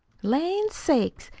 lan' sakes!